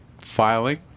filing